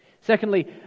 Secondly